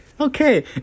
okay